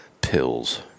pills